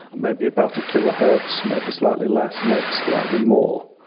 maybe about a kilohertz, maybe slightly less, maybe slightly more,